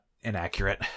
inaccurate